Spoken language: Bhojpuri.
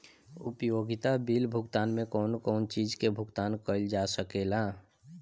उपयोगिता बिल भुगतान में कौन कौन चीज के भुगतान कइल जा सके ला?